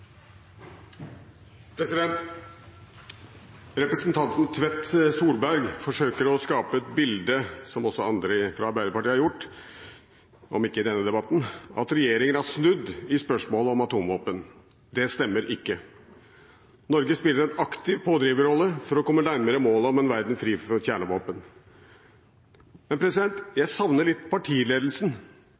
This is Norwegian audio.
Representanten Tvedt Solberg forsøker – som også andre fra Arbeiderpartiet har gjort, om ikke i denne debatten – å skape et bilde av at regjeringen har snudd i spørsmålet om atomvåpen. Det stemmer ikke. Norge spiller en aktiv pådriverrolle for å komme nærmere målet om en verden fri for kjernevåpen. Jeg savner litt partiledelsen,